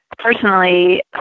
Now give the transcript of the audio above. personally